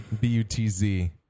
B-U-T-Z